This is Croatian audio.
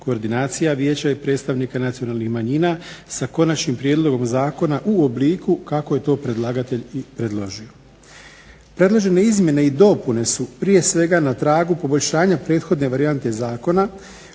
koordinacija vijeća i predstavnika nacionalnih manjina, sa konačnim prijedlogom u obliku kako je to predlagatelj i predložio. Predložene izmjene i dopune su prije svega na tragu poboljšanja prethodne varijante zakona